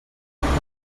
little